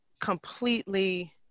completely